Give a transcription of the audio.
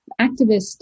activist